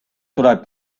tuleb